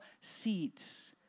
seeds